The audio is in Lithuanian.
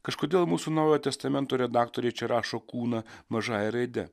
kažkodėl mūsų naujojo testamento redaktoriai čia rašo kūną mažąja raide